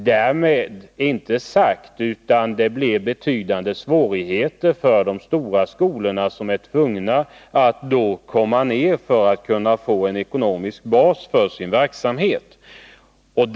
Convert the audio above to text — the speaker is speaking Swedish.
Därmed är inte sagt att det inte blir betydande svårigheter för de stora skolorna då de blir tvungna att minska sin volym för att få tillräckligt god ekonomisk bas för sin fortsatta verksamhet.